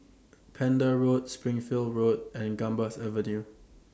Pender Roads Springfield Road and Gambas Avenue